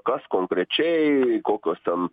kas konkrečiai kokios ten